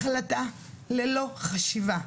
החלטה ללא חשיבה.